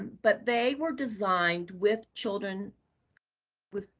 but they were designed with children with